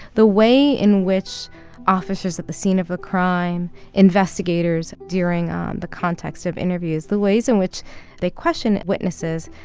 the way in which officers at the scene of a crime, investigators during um the context of interviews the ways in which they question witnesses,